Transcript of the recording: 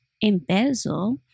Embezzle